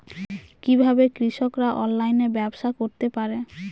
কিভাবে কৃষকরা অনলাইনে ব্যবসা করতে পারে?